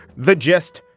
the gist.